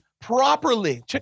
properly